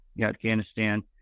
Afghanistan